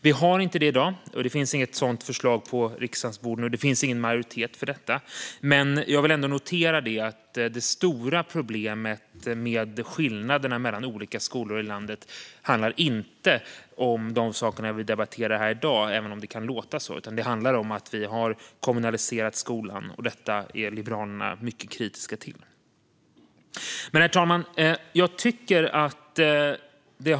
Det har vi inte i dag, och det finns inget sådant förslag på riksdagens bord och ingen majoritet för detta. Men jag vill ändå notera att det stora problemet med skillnaderna mellan olika skolor i landet inte handlar om det vi debatterar i dag, även om det kan låta så, utan det handlar om att vi har kommunaliserat skolan, något Liberalerna är mycket kritiska till. Herr ålderspresident!